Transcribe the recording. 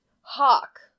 Hawk